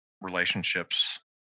relationships